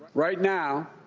right now,